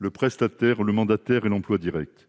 le prestataire, le mandataire et l'emploi direct.